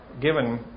given